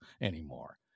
anymore